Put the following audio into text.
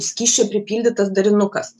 skysčio pripildytas darinukas